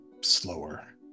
slower